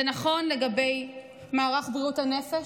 זה נכון לגבי מערך בריאות הנפש,